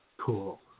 Cool